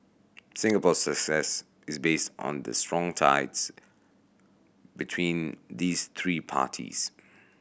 Singapore's success is based on the strong ties between these three parties